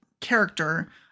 character